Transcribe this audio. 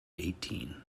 eighteen